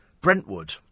Brentwood